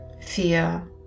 fear